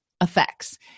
effects